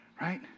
right